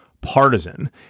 partisan